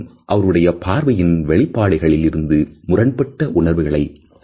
இந்த சிறிய உடல்கூறு வெளிப்பாடுகள் மிகவும் நுணுக்கமாக இருக்கும்